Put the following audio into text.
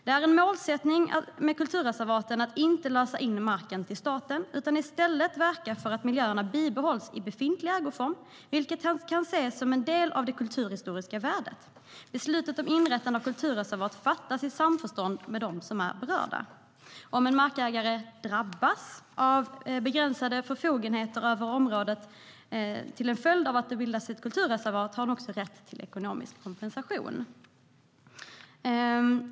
Det är en målsättning med kulturreservaten att inte lösa in marken till staten utan i stället verka för att miljöerna bibehålls i befintlig ägoform, vilken kan ses som en del av det kulturhistoriska värdet. Beslut om inrättande av kulturreservat fattas i samförstånd med dem som är berörda. Markägare som "drabbas" av begränsat förfogande över området till följd av att ett kulturreservat bildas har rätt till ekonomisk kompensation.